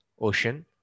ocean